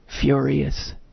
furious